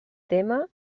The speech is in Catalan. tema